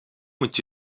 moet